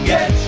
Get